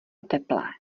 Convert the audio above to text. teplé